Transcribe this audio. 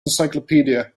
encyclopedia